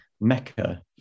Mecca